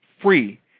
free